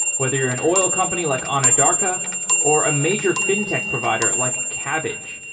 whether you're an oil company like anadarko or a major fin-tech provider, like cabbage,